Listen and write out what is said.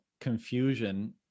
confusion